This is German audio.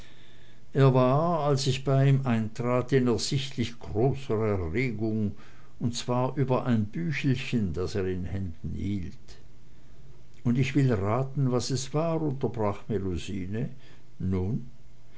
er war als ich bei ihm eintrat in ersichtlich großer erregung und zwar über ein büchelchen das er in händen hielt und ich will raten was es war unterbrach melusine nun